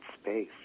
space